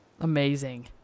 Amazing